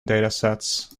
datasets